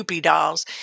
dolls